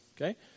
okay